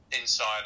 inside